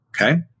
Okay